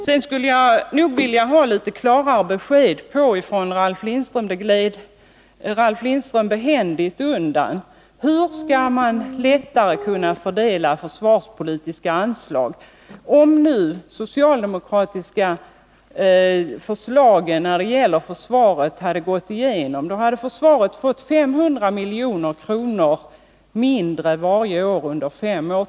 Sedan skulle jag nog vilja ha litet klarare besked från Ralf Lindström — han gled behändigt undan detta - om hur man lättare skall kunna fördela försvarspolitiska anslag. Om de socialdemokratiska förslagen när det gäller försvaret hade gått igenom, hade försvaret fått 500 milj.kr. mindre varje år under fem år.